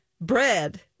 bread